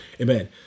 Amen